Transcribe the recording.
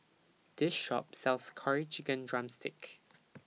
This Shop sells Curry Chicken Drumstick